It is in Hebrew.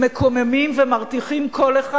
מקוממים ומרתיחים כל אחד,